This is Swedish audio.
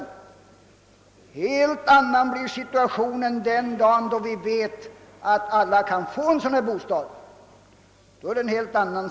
En helt annan blir situationen den dag då vi vet att alla kan få en tillfredsställande bostad. Herr talman!